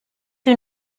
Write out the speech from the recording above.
you